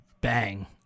Bang